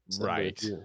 Right